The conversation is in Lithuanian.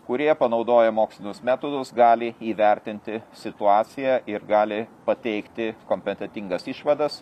kurie panaudoję mokslinius metodus gali įvertinti situaciją ir gali pateikti kompetentingas išvadas